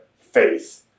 faith